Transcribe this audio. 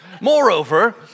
Moreover